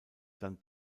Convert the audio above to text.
dann